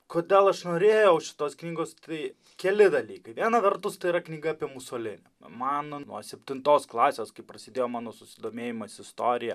kodėl aš norėjau šitos knygos tai keli dalykai viena vertus tai yra knyga apie musolinį man nuo septintos klasės kai prasidėjo mano susidomėjimas istorija